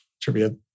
trivia